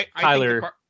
Tyler